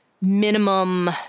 minimum